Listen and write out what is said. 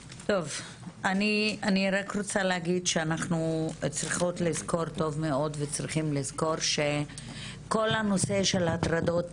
אני רוצה להגיד שאנחנו צריכים לזכור שכל הנושא של הטרדות